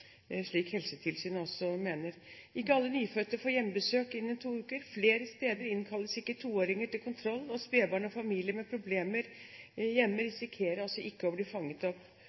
slik Helsetilsynet også mener. Ikke alle nyfødte får hjemmebesøk innen to uker, flere steder innkalles ikke toåringer til kontroll, og spedbarn og familier med problemer hjemme risikerer altså ikke å bli fanget opp.